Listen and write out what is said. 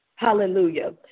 Hallelujah